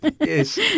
yes